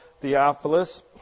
Theophilus